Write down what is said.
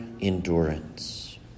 endurance